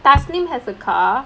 tasnee has a car